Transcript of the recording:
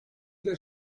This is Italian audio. del